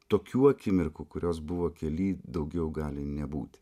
tokių akimirkų kurios buvo kely daugiau gali nebūti